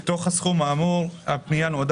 אנחנו יוצאים